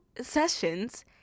sessions